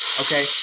Okay